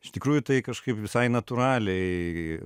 iš tikrųjų tai kažkaip visai natūraliai